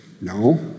No